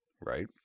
right